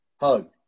Hug